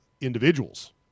individuals